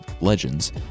LEGENDS